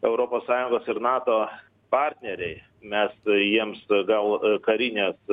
europos sąjungos ir nato partneriai mes jiems gal karinės